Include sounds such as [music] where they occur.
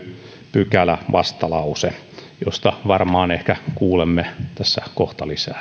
pykälävastalause josta ehkä kuulemme tässä kohta lisää [unintelligible]